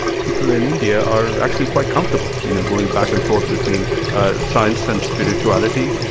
people in india are actually quite comfortable you know, going back and forth between science and spirituality.